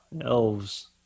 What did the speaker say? Elves